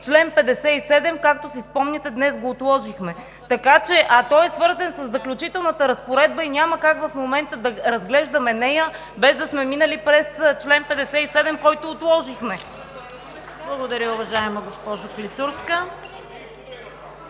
чл. 57. Както си спомняте, днес го отложихме, а той е свързан със Заключителната разпоредба и няма как в момента да разглеждаме нея, без да сме минали през чл. 57, който отложихме. ПРЕДСЕДАТЕЛ ЦВЕТА КАРАЯНЧЕВА: Благодаря, уважаема госпожо Клисурска.